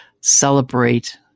celebrate